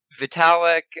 Vitalik